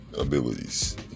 abilities